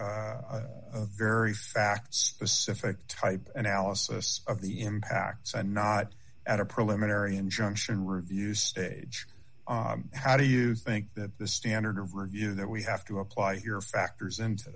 very fact specific type analysis of the impacts and not at a preliminary injunction review stage how do you think that the standard of review that we have to apply here